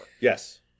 Yes